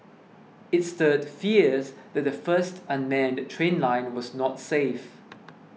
it stirred fears that the first unmanned train line was not safe